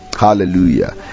Hallelujah